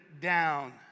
down